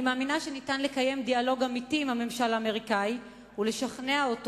אני מאמינה שניתן לקיים דיאלוג אמיתי עם הממשל האמריקני ולשכנע אותו